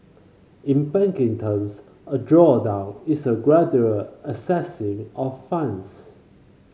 in banking terms a drawdown is a gradual accessing of funds